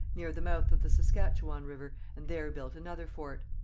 near the mouth of the saskatchewan river, and there built another fort.